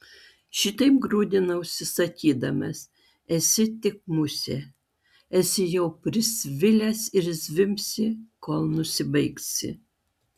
šitaip grūdinausi sakydamas esi tik musė esi jau prisvilęs ir zvimbsi kol nusibaigsi